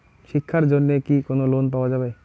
শিক্ষার জন্যে কি কোনো লোন পাওয়া যাবে?